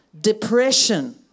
depression